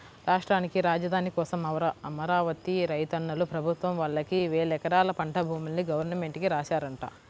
రాష్ట్రానికి రాజధాని కోసం అమరావతి రైతన్నలు ప్రభుత్వం వాళ్ళకి వేలెకరాల పంట భూముల్ని గవర్నమెంట్ కి రాశారంట